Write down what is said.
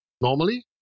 normally